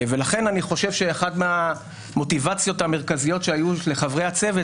לכן אני חושב שאחת המוטיבציות המרכזיות שהיו לחברי הצוות